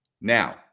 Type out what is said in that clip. Now